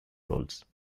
roles